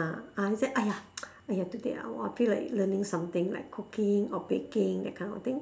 ah ah you say !aiya! !aiya! today I want I feel like learning something like cooking or baking that kind of thing